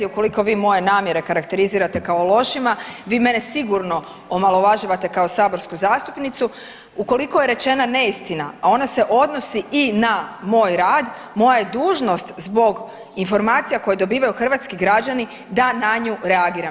Ukoliko vi moje namjere karakterizirate kao lošima, vi mene sigurno omalovažavate kao saborsku zastupnicu, ukoliko je rečena neistina, a ona se odnosi i na moj rad, moja je dužnost zbog informacija koje dobivaju hrvatski građani, da na nju reagiram.